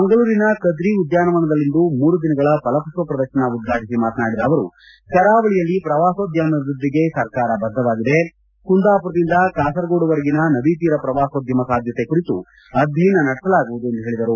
ಮಂಗಳೂರಿನ ಕದ್ರಿ ಉದ್ಯಾನವನದಲ್ಲಿಂದು ಮೂರು ದಿನಗಳ ಫಲಪುಷ್ಪ ಪ್ರದರ್ಶನ ಉದ್ಘಾಟಿಸಿ ಮಾತನಾಡಿದ ಅವರು ಕರಾವಳಿಯಲ್ಲಿ ಪ್ರವಾಸೋದ್ಯಮ ಅಭಿವೃದ್ಧಿಗೆ ಸರ್ಕಾರ ಬದ್ಧವಾಗಿದೆ ಕುಂದಾಪುರದಿಂದ ಕಾಸರಗೋಡುವರೆಗಿನ ನದಿ ತೀರ ಪ್ರವಾಸೋದ್ಯಮ ಸಾಧ್ಯತೆ ಕುರಿತು ಅಧ್ಯಯನ ನಡೆಸಲಾಗುವುದು ಎಂದು ಹೇಳಿದರು